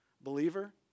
Believer